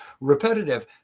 repetitive